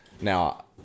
now